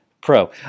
pro